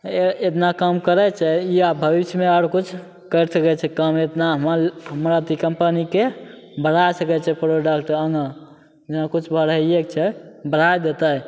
एतना काम करै छै ई आब भविष्यमे आओर किछु करि सकै छै काम एतना हमर अथी कम्पनीके बढ़ा सकै छै प्रोडक्ट आगाँ जेना किछु बढ़ैएके छै बढ़ै देतै